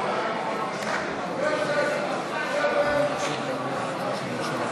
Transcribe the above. חברי הכנסת, נא לשבת.